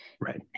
Right